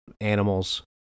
animals